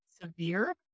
severe